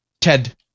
ted